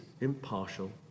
impartial